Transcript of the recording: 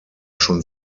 schon